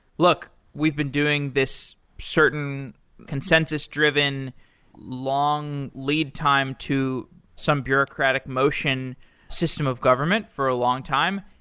look. we've been doing this certain consensus-driven long lead time to some bureaucratic motion system of government for a long time,